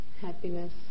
happiness